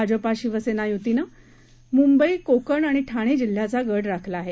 भाजपं शिवसेना युतीने मुंबई कोकण आणि ठाणे जिल्ह्याचा गड राखला आहे